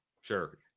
Sure